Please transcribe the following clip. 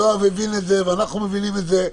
יואב הבין את זה, ואנחנו מבינים את זה.